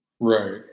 Right